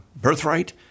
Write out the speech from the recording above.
birthright